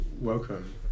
Welcome